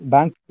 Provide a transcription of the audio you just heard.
Bank